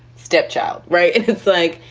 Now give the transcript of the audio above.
stepchild. right. it's like,